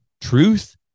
truth